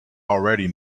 already